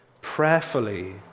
prayerfully